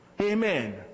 Amen